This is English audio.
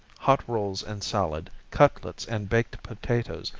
hot rolls and salad, cutlets and baked potatoes,